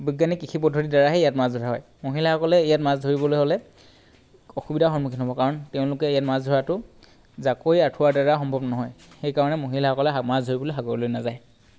বৈজ্ঞানিক কৃষি পদ্ধতিৰ দ্বাৰাহে ইয়াত মাছ ধৰা হয় মহিলাসকলে ইয়াত মাছ ধৰিবলৈ হ'লে অসুবিধাৰ সন্মুখীন হ'ব কাৰণ তেওঁলোকে ইয়াত মাছ ধৰাটো জাকৈ আঁঠুৱাৰ দ্বাৰা সম্ভৱ নহয় সেইকাৰণে মহিলাসকলে সা মাছ ধৰিবলৈ সাগৰলৈ নেযায়